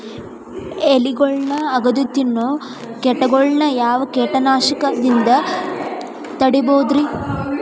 ಎಲಿಗೊಳ್ನ ಅಗದು ತಿನ್ನೋ ಕೇಟಗೊಳ್ನ ಯಾವ ಕೇಟನಾಶಕದಿಂದ ತಡಿಬೋದ್ ರಿ?